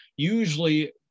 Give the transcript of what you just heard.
usually